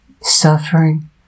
suffering